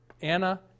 Anna